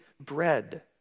bread